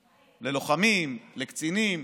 ללוחמים, לקצינים.